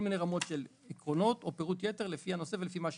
מיני רמות של עקרונות או פירוט יתר לפי הנושא ולפי מה שאפשר.